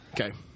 Okay